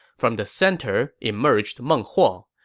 from the center emerged meng huo.